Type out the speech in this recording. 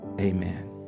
Amen